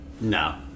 no